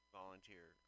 volunteer